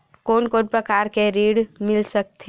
कोन कोन प्रकार के ऋण मिल सकथे?